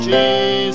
Jesus